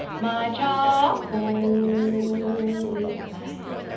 my charcoal is black.